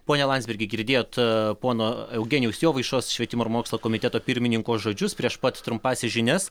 pone landsbergi girdėjot pono eugenijaus jovaišos švietimo ir mokslo komiteto pirmininko žodžius prieš pat trumpąsias žinias